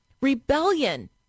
rebellion